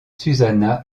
susanna